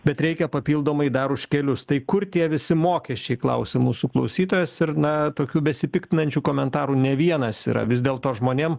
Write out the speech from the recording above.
bet reikia papildomai dar už kelius tai kur tie visi mokesčiai klausė mūsų klausytojas ir na tokių besipiktinančių komentarų ne vienas yra vis dėlto žmonėm